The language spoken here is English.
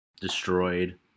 destroyed